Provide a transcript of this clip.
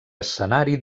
escenari